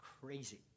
Crazy